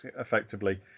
effectively